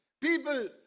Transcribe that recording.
people